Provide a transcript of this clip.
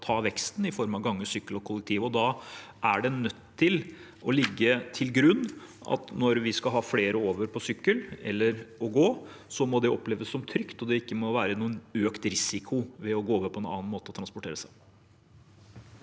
ta veksten i form av gange, sykkel og kollektiv. Da er det nødt til å ligge til grunn at når vi skal ha flere over på sykkel eller gange, må det oppleves som trygt, og det må ikke være noen økt risiko ved å gå over til en annen måte å transportere seg